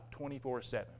24-7